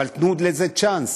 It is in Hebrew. אבל תנו לזה צ'אנס,